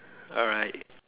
alright